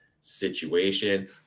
situation